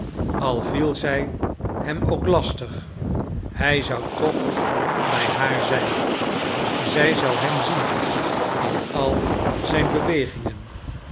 al viel zij hem ook lastig hij zou toch bij haar zijn zij zou hem zien in al zijn bewegingen